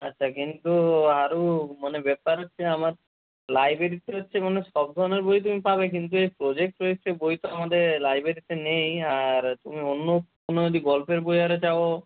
আচ্ছা কিন্তু হারু মানে ব্যাপার হচ্ছে আমার লাইব্রেরিতে হচ্ছে মানে সব ধরণের বই তুমি পাবে কিন্তু এই প্রোজেক্ট বই তো আমাদের লাইব্রেরিতে নেই আর তুমি অন্য কোনো যদি গল্পের বই চাও